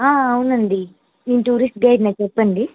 అవునండి నేను tourist guide నే చెప్పండి